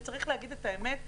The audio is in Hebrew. וצריך להגיד את האמת,